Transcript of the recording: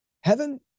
heaven